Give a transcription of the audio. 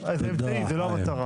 אז, אדוני, זו לא המטרה.